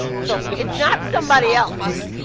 so, it's not somebody else